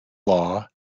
law